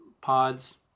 pods